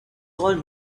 called